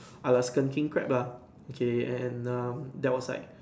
Alaskan king crab lah okay and um that was like